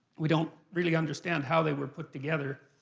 we don't really understand how they were put together.